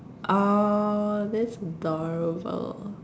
uh let's